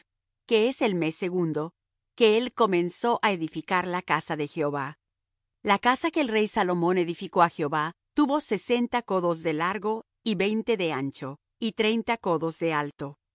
que es el mes segundo que él comenzó á edificar la casa de jehová la casa que el rey salomón edificó á jehová tuvo sesenta codos de largo y veinte de ancho y treinta codos de alto